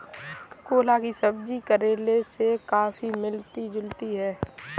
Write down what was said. ककोला की सब्जी करेले से काफी मिलती जुलती होती है